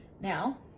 Now